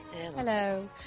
Hello